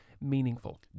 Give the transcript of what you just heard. meaningful